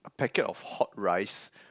a packet of hot rice